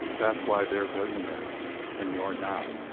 that's why they're billionaires and you're not.